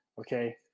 okay